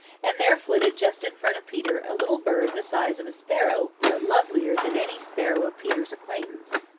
and there flitted just in front of peter a little bird the size of a sparrow but lovelier than any sparrow of peter's acquaintance.